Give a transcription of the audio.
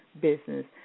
business